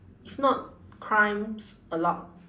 if not crimes a lot